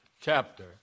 chapter